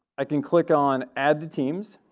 i can click on add teams.